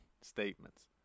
statements